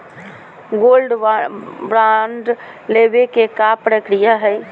Gold bond लेवे के का प्रक्रिया हई?